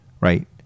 right